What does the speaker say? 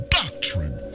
doctrine